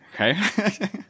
Okay